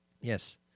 Yes